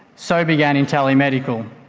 so began intellimedical.